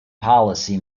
policy